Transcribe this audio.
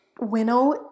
winnow